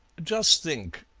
just think,